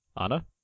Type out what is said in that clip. Anna